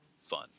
fun